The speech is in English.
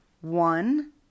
One